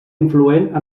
influent